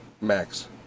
Max